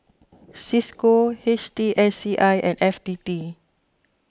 Cisco H T S C I and F T T